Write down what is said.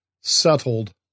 settled